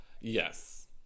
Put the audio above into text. Yes